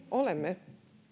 olemme